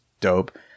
dope